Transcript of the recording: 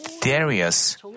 Darius